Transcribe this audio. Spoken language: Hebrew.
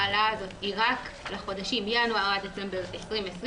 ההעלאה הזו היא רק לחודשים ינואר דצמבר 2020,